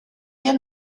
wir